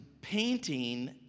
painting